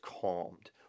calmed